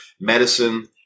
medicine